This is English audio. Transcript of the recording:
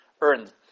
earned